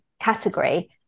category